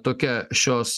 tokia šios